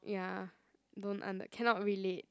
ya don't under cannot relate